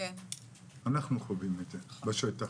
אנחנו חווים את זה בשטח.